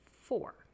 Four